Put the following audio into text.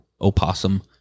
Opossum